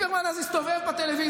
אתה ליברמן הזה הסתובב בטלוויזיה,